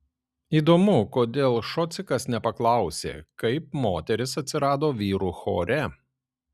įdomu kodėl šocikas nepaklausė kaip moteris atsirado vyrų chore